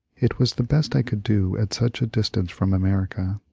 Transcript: it was the best i could do at such a distance from america,